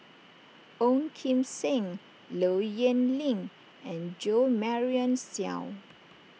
Ong Kim Seng Low Yen Ling and Jo Marion Seow